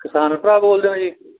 ਕਿਸਾਨ ਭਰਾ ਬੋਲਦੇ ਹੋ ਜੀ